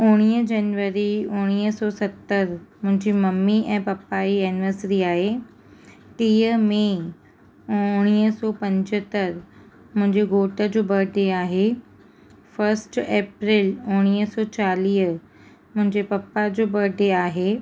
उणिवीह जनवरी उणिवीह सौ सतरि मुंहिंजी ममी ऐं पपा जी एनिवर्सरी आहे टीह मेइ उणिवीह सौ पंजहतरि मुंहिंजे घोट जो बर्थडे आहे फर्स्ट एप्रिल उणिवीह सौ चालीह मुंहिंजे पपा जो बर्थडे आहे